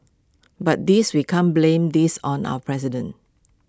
but this we can't blame this on our president